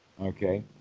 Okay